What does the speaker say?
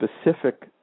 specific